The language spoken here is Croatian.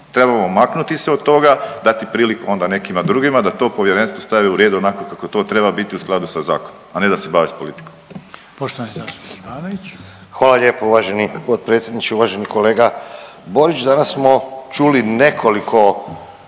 Trebamo maknuti se od toga, dati priliku onda nekima drugima da to povjerenstvo stavi u red onako kako to treba biti u skladu sa zakonom, a ne da se bavi s politikom **Reiner, Željko (HDZ)** Poštovani zastupnik Ivanović. **Ivanović, Goran (HDZ)** Hvala lijepo uvaženi potpredsjedniče. Uvaženi kolega Borić. Danas smo čuli nekoliko